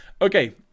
Okay